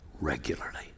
regularly